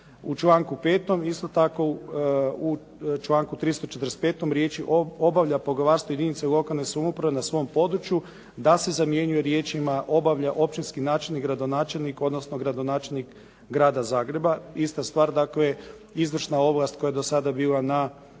u članku 345. riječi obavlja poglavarstvo jedinice lokalne samouprave na svom području da se zamjenjuje riječima, "obavlja općinski načelnik, gradonačelnik, odnosno gradonačelnik grada Zagreba". Ista stvar dakle, izvršna ovlast koja je sada bila na